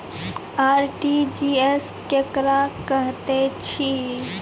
RTGS केकरा कहैत अछि?